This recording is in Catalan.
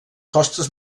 costes